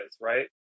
right